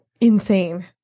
Insane